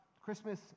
Christmas